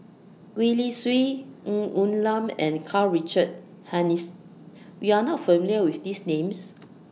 Gwee Li Sui Ng Woon Lam and Karl Richard Hanitsch YOU Are not familiar with These Names